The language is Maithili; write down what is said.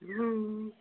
हँ